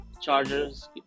Chargers